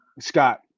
Scott